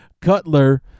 cutler